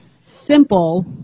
simple